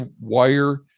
wire